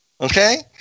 Okay